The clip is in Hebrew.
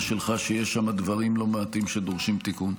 שלך שיש שם דברים לא מעטים שדורשים תיקון.